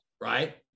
Right